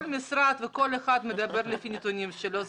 כל משרד וכל אחד מדבר לפי הנתונים שלו.